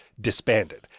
disbanded